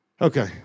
Okay